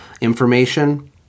information